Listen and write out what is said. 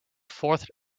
fourth